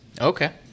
Okay